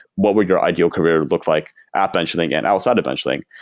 what would your ideal career look like at benchling and outside of benchling?